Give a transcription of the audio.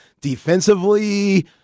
defensively